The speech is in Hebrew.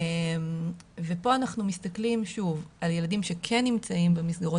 פה אנחנו מסתכלים על ילדים שכן נמצאים במסגרות